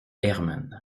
herman